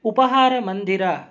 उपाहारमन्दिरं